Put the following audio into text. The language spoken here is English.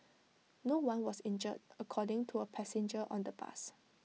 no one was injured according to A passenger on the bus